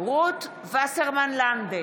רות וסרמן לנדה,